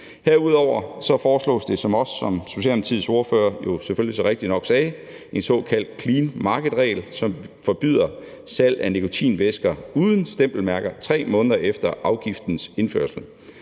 Herudover foreslås der, som Socialdemokratiets ordfører så rigtigt sagde, en såkaldt clean market-regel, som forbyder salg af nikotinvæsker uden stempelmærker 3 måneder efter afgiftens indførelse.